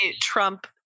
Trump